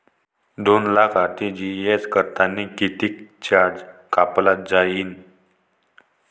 दोन लाख आर.टी.जी.एस करतांनी कितीक चार्ज कापला जाईन?